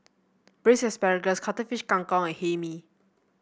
Braised Asparagus Cuttlefish Kang Kong and Hae Mee